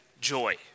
joy